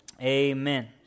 Amen